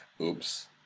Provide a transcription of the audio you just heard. Oops